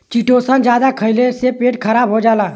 chitosan जादा खइले से पेट खराब हो जाला